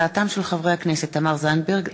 הצעתם של חברי הכנסת תמר זנדברג,